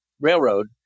railroad